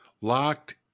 Locked